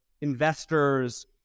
investors